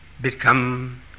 become